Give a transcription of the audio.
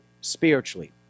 spiritually